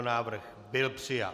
Návrh byl přijat.